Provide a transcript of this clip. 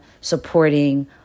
supporting